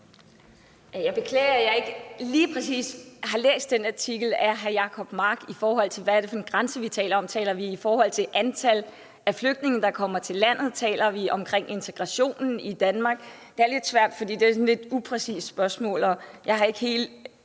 Jeg beklager, at jeg ikke lige præcis har læst den artikel af hr. Jacob Mark, i forhold til hvad det er for en grænse, vi taler om. Taler vi om antal af flygtninge, der kommer til landet? Taler vi om integrationen i Danmark? Det er lidt svært, fordi det er et sådan lidt upræcist spørgsmål, og jeg har ikke alle